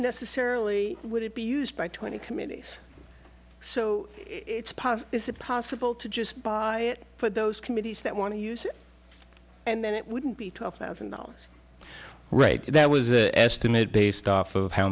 necessarily would it be used by twenty committees so it's passed is it possible to just buy it for those committees that want to use it and then it wouldn't be tough thousand dollars right that was an estimate based off of how